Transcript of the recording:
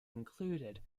concluded